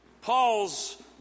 Paul's